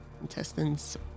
intestines